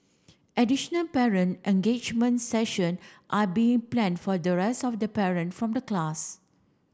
additional parent engagement session are being planned for the rest of the parent from the class